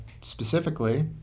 specifically